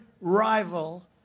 rival